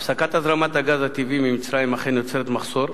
הפסקת הזרמת הגז הטבעי ממצרים אכן יוצרת מחסור,